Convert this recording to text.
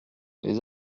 les